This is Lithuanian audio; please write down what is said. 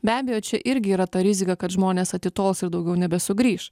be abejo čia irgi yra ta rizika kad žmonės atitols ir daugiau nebesugrįš